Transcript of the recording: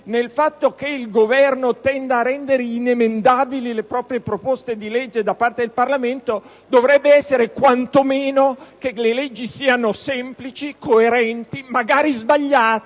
nel fatto che il Governo tenda a rendere inemendabili le proprie proposte di legge da parte del Parlamento, questo dovrebbe consistere, quantomeno, nel fatto che le leggi siano semplici, coerenti, magari sbagliate,